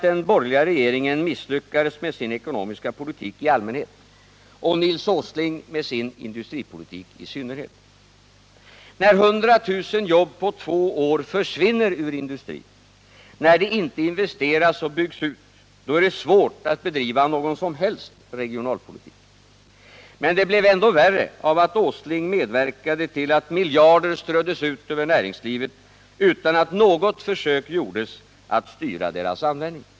Den är att allmänhet och Nils Åsling med sin industripolitik i synnerhet. När 100 000 Torsdagen den jobb på två år försvinner ur industrin, när det inte investeras och byggs ut, då 14 december 1978 är det svårt att bedriva någon som helst regionalpolitik. Men det blev ännu värre av att Nils Åsling medverkade till att miljarder ströddes ut över näringslivet utan att något försök gjordes att styra deras användning.